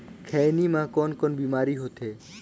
खैनी म कौन कौन बीमारी होथे?